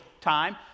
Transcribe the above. time